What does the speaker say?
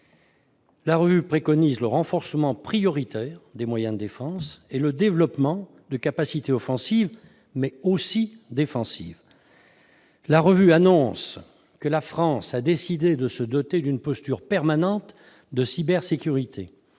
La revue préconise le renforcement prioritaire des moyens de défense et le développement de capacités offensives, mais aussi défensives. Elle annonce que « la France a décidé de se doter d'une posture permanente de cybersécurité